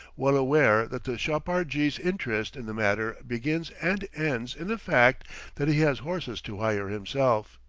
well aware that the chapar-jee's interest in the matter begins and ends in the fact that he has horses to hire himself.